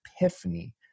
epiphany